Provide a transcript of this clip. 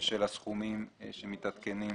של הסכומים שמתעדכנים